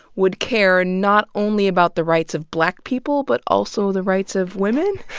would care not only about the rights of black people but also the rights of women?